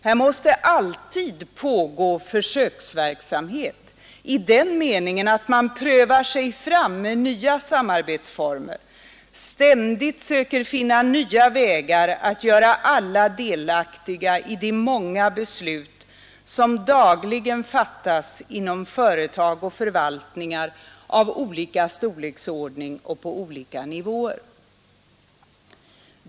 Här måste ksverksamhet i den meningen att man prövar sig fram alltid pågå för: med nya samarbetsformer, ständigt söker finna nya vägar att göra alla delaktiga av de många beslut som dagligen fattas inom företag och förvaltningar av olika storleksordning och på olika nivåer.